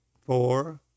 four